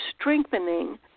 strengthening